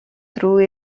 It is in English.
through